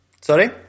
Sorry